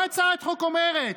מה הצעת החוק אומרת?